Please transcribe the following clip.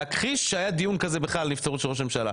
להכחיש שהיה דיון זה בנוגע לנבצרות ראש הממשלה.